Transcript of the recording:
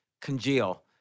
congeal